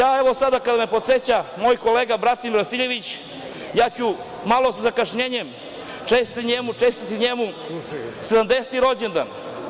Evo sada kada me podseća moj kolega Bratimir Vasiljević, ja ću malo sa zakašnjenjem čestitati njemu 70. rođendan.